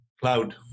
Cloud